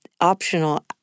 optional